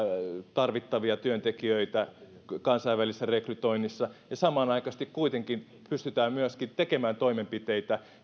tarvittavia työntekijöitä kansainvälisessä rekrytoinnissa ja samanaikaisesti kuitenkin pystytään myöskin tekemään toimenpiteitä